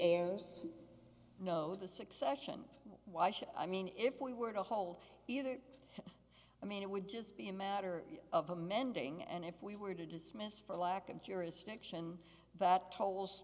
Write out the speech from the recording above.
heirs no the succession why should i mean if we were to hold either i mean it would just be a matter of amending and if we were to dismiss for lack of jurisdiction but tol